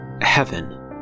Heaven